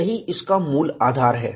यही इसका मूल आधार है